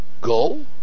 go